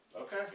okay